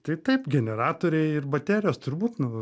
tai taip generatoriai ir baterijos turbūt nu